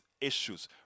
issues